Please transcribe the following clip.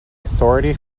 authority